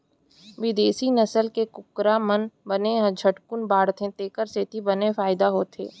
बिदेसी नसल के कुकरा मन बने झटकुन बाढ़थें तेकर सेती बने फायदा होथे